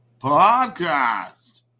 podcast